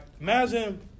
imagine